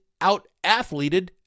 out-athleted